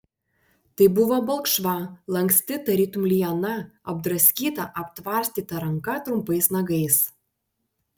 tai buvo balkšva lanksti tarytum liana apdraskyta aptvarstyta ranka trumpais nagais